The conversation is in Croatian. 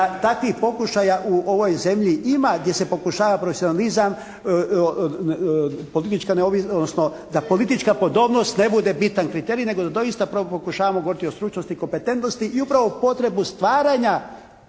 takvih pokušaja u ovoj zemlji ima gdje se pokušava profesionalizam, politička, da politička podobnost ne bude bitan kriterij nego da doista prvo pokušavamo govoriti o stručnosti i kompetentnosti i upravo potrebu stvaranja